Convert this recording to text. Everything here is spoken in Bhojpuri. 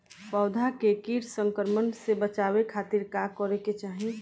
पौधा के कीट संक्रमण से बचावे खातिर का करे के चाहीं?